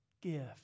gift